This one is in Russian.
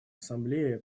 ассамблее